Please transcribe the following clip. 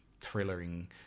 thrilling